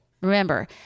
Remember